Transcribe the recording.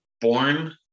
Born